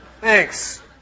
Thanks